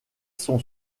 son